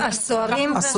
הסוהרים והשוטרים לא נמצאים.